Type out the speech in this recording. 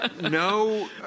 no